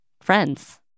friends